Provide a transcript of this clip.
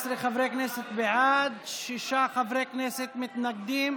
14 חברי כנסת בעד, שישה חברי כנסת מתנגדים.